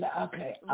okay